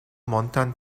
montan